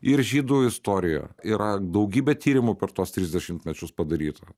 ir žydų istoriją yra daugybė tyrimų per tuos tris dešimtmečius padaryta